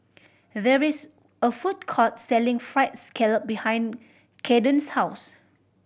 there is a food court selling Fried Scallop behind Caden's house